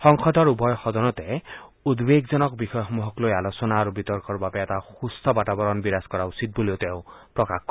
সংসদৰ উভয় সদনতে উদ্বেগজনক বিষয়সমূহক লৈ আলোচনা আৰু বিতৰ্কৰ বাবে এটা সুম্থ বাতাবৰণ বিৰাজ কৰা উচিত বুলিও তেওঁ প্ৰকাশ কৰে